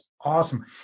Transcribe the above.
awesome